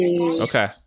Okay